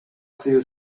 тыюу